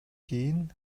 кийин